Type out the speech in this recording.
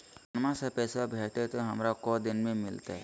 पटनमा से पैसबा भेजते तो हमारा को दिन मे मिलते?